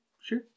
sure